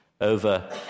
over